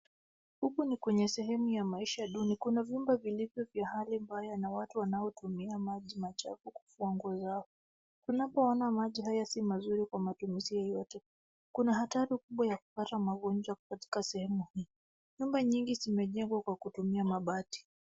Huku ni kwenye sehemu ya maisha duni. Kuna vyumba vilivyo vya hali mbaya na watu wanaotumia maji machafu kufua nguo zao. Tunapoona maji hayo si mazuri kwa matumizi yeyote. Kuna hatari kubwa ya kupata magonjwa katika sehemu hii. Shamba nyingi zimejengwa kwa kutumia mabati.